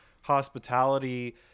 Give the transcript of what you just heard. hospitality